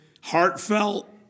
heartfelt